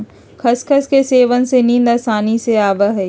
खसखस के सेवन से नींद आसानी से आवय हइ